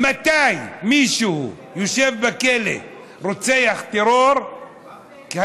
מתי מישהו שיושב בכלא והוא רוצח טרור היה